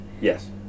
Yes